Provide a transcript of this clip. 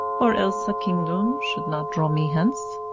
or else a kingdom should not draw me hence.